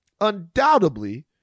undoubtedly